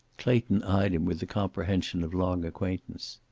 clayton eyed him with the comprehension of long acquaintance.